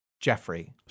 Jeffrey